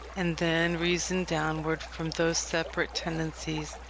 and then reason downward from those separate tendencies,